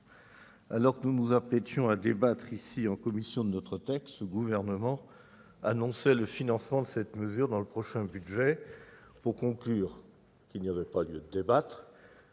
alors que nous nous apprêtions à débattre en commission de notre texte, le Gouvernement annonçait le financement de cette mesure dans le prochain budget et concluait qu'il n'y avait plus lieu de débattre,